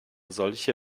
solche